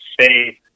space